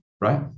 right